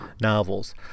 novels